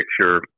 picture